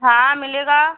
हाँ मिलेगा